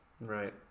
right